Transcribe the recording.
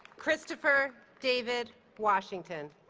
christopher david washington